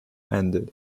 ended